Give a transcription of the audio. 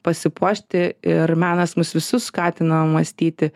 pasipuošti ir menas mus visus skatina mąstyti